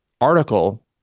article